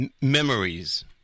memories